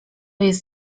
jest